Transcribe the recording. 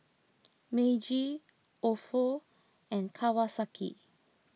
Meiji Ofo and Kawasaki